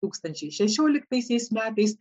tūkstančiai šešioliktaisiais metais